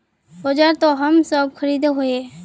औजार तो हम सब खरीदे हीये?